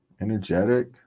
energetic